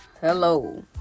Hello